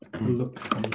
look